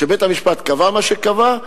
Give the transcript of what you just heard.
שבית-המשפט קבע מה שקבע,